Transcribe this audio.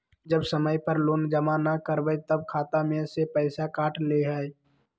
जब समय पर लोन जमा न करवई तब खाता में से पईसा काट लेहई?